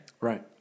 right